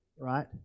right